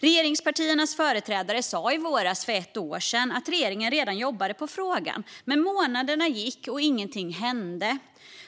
Regeringspartiernas företrädare sa i våras för ett år sedan att regeringen redan jobbade på frågan, men månaderna gick och ingenting hände.